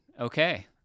okay